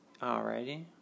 Alrighty